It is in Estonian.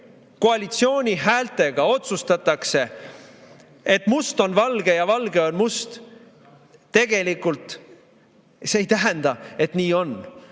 koalitsiooni häältega otsustatakse, et must on valge ja valge on must, tegelikult ei tähenda, et nii on.